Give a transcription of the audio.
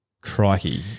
crikey